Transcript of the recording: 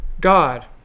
God